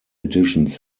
editions